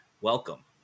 welcome